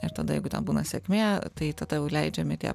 ir tada jeigu ten būna sėkmė tai tada jau leidžiami tie